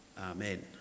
Amen